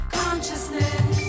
consciousness